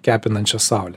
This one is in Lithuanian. kepinančia saule